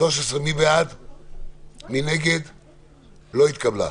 הרוויזיה לא התקבלה.